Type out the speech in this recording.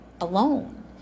alone